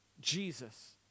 Jesus